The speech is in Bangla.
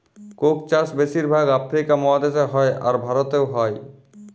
কোক চাষ বেশির ভাগ আফ্রিকা মহাদেশে হ্যয়, আর ভারতেও হ্য়য়